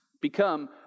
Become